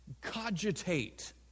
cogitate